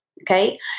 Okay